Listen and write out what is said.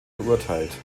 verurteilt